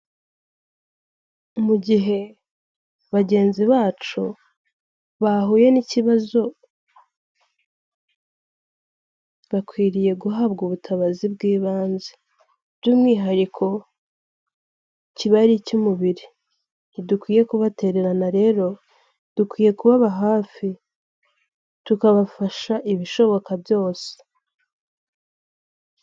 Mu gihe bagenzi bacu bahuye n'ikibazo, bakwiriye guhabwa ubutabazi bw'ibanze, by'umwihariko kiba ari icy'umubiri, ntidukwiye kubatererana rero, dukwiye kubaba hafi, tukabafasha ibishoboka byose.